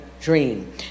dream